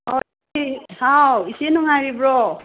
ꯑꯣ ꯁꯤ ꯍꯥꯎ ꯏꯆꯦ ꯅꯨꯡꯉꯥꯏꯔꯤꯕ꯭ꯔꯣ